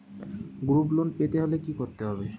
Group loan পেতে হলে কি করতে হবে?